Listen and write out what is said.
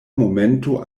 momento